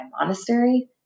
monastery